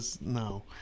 No